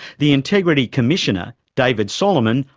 the integrity commissioner, david solomon,